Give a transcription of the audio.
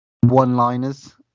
One-liners